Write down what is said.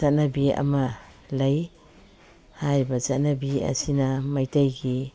ꯆꯠꯅꯕꯤ ꯑꯃ ꯂꯩ ꯍꯥꯏꯔꯤꯕ ꯆꯠꯅꯕꯤ ꯑꯁꯤꯅ ꯃꯩꯇꯩꯒꯤ